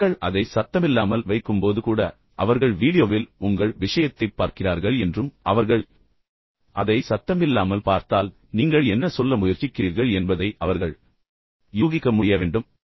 எனவே மக்கள் அதை சத்தமில்லாமல் வைக்கும் போது கூட அவர்கள் வீடியோவில் உங்கள் விஷயத்தைப் பார்க்கிறார்கள் என்றும் அவர்கள் அதை சத்தமில்லாமல் பார்த்தால் நீங்கள் என்ன சொல்ல முயற்சிக்கிறீர்கள் என்பதை அவர்கள் யூகிக்க முடிய வேண்டும்